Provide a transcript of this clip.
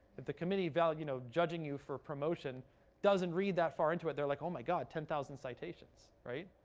if the committee val you know, judging you for a promotion doesn't read that far into it, they're like, oh, my god, ten thousand citations, right?